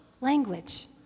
language